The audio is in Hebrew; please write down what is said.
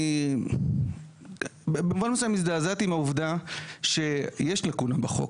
אני במובן מסוים הזדעזעתי מהעובדה שיש לקונה בחוק